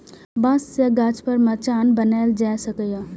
बांस सं गाछ पर मचान बनाएल जा सकैए